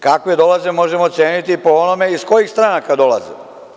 Kakve dolaze možemo ceniti po onome iz kojih stranaka dolaze.